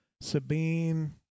Sabine